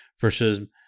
versus